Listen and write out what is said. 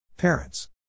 Parents